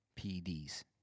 PEDs